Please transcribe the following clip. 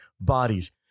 bodies